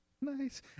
Nice